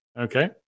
okay